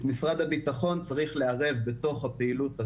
את משרד הביטחון צריך לערב בתוך הפעילות הזאת.